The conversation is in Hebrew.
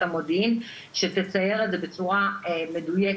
המודיעין על מנת שזו תצייר את זה בצורה מדויקת.